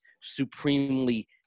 supremely